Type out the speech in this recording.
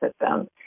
system